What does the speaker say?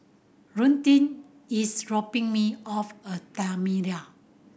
Daunte is dropping me off a Madeira